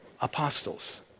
apostles